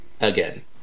Again